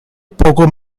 poco